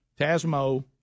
TASMO